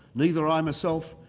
neither i myself,